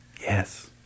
Yes